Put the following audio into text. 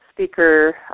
speaker